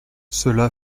cela